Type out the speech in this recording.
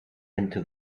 into